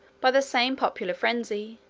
by the same popular frenzy,